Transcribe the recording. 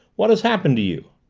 what has happened to you?